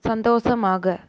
சந்தோஷமாக